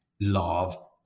love